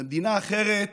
במדינה אחרת